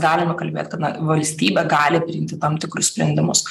galima kalbėt kad na valstybė gali priimti tam tikrus sprendimus